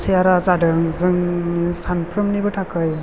सेयारा जादों जोंनि सानफ्रोमबोनिबो थाखाय